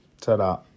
ta-da